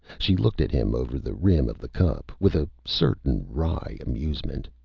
she looked at him over the rim of the cup, with a certain wry amusement.